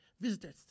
Visited